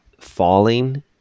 falling